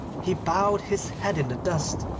he bowed his head in the dust,